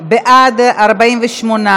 התשע"ז 2017,